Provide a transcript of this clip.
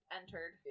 entered